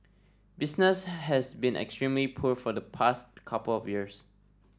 business has been extremely poor for the past couple of years